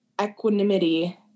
equanimity